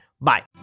Bye